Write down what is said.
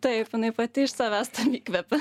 taip jinai pati iš savęs įkvepia